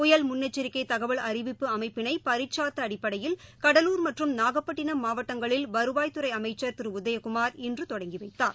புயல் முன்னெச்சிக்கைதகவல் அறிவிப்பு அமைப்பினைபரிட்சார்த்தஅடிப்படையில் கடலூர் மற்றும் நாகபட்டினம் மாவட்டங்களில் வருவாய் துறைஅமைச்சள் திருஉதயகுமார் இன்றுதொடங்கிவைத்தார்